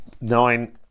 nine